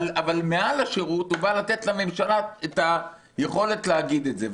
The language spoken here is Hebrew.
אבל מעל לשירות הוא בא לתת לממשלה את היכולת להגיד את זה.